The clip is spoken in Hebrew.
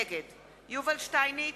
נגד יובל שטייניץ,